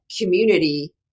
community